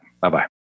Bye-bye